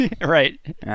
Right